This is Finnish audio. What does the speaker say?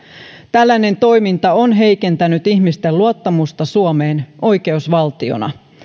tällainen toiminta on heikentänyt ihmisten luottamusta suomeen oikeusvaltiona